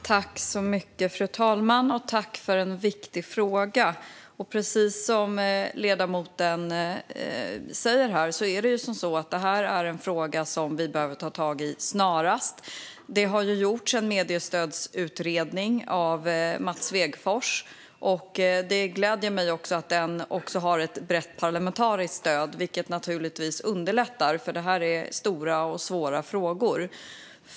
Fru talman! Tack för en viktig fråga! Precis som ledamoten säger är det här en fråga som vi behöver ta tag i snarast. Det har gjorts en mediestödsutredning av Mats Svegfors, och det gläder mig att den har ett brett parlamentariskt stöd. Det underlättar naturligtvis, för det här är stora och svåra frågor.